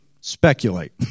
speculate